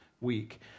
week